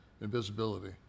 Invisibility